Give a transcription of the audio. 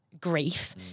grief